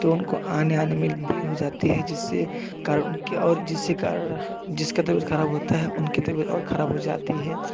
तो उनको आने आने में देर हो जाती है जिससे कारण उनकी और जिससे कारण जिसका तबीयत खराब होता है उनकी तबीयत और खराब हो जाती है